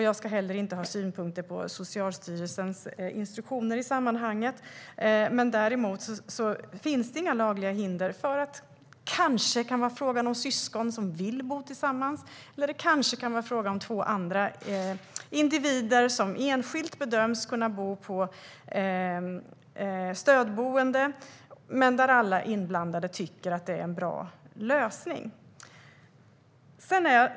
Jag ska heller inte ha synpunkter på Socialstyrelsens instruktioner i sammanhanget. Det finns dock inga lagliga hinder. Det kanske är fråga om syskon som vill bo tillsammans eller om två andra individer som enskilt bedöms kunna bo på stödboende och där alla inblandade tycker att det är en bra lösning.